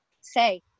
Say